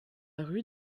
rue